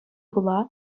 пула